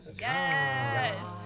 Yes